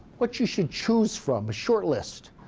what you should choose from a shortlist.